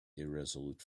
irresolute